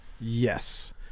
Yes